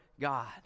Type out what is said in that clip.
God